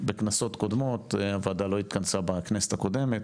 בכנסות קודמות, הוועדה לא התכנסה בכנסת הקודמת,